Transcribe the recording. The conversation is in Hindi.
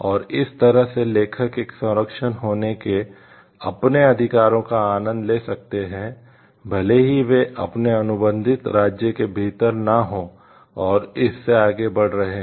और इस तरह से लेखक एक संरक्षण होने के अपने अधिकारों का आनंद ले सकते हैं भले ही वे अपने अनुबंधित राज्य के भीतर न हों और इससे आगे बढ़ रहे हों